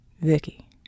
Vicky